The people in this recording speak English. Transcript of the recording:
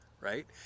right